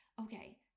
okay